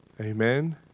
Amen